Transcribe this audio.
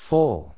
Full